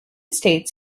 states